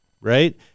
right